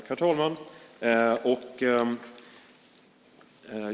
Herr talman!